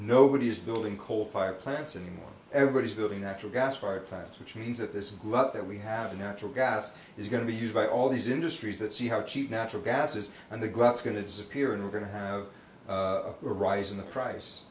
nobody is building coal fired plants and everybody's building natural gas fired plants which means that this glove that we have a natural gas is going to be used by all these industries that see how cheap natural gas is and the glass is going to disappear and we're going to have a rise in the price